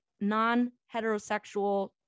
non-heterosexual